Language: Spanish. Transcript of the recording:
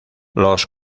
los